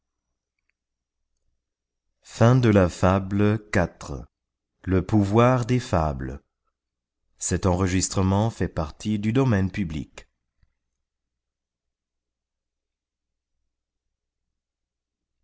le pouvoir des fables